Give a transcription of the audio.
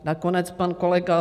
Nakonec pan kolega